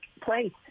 place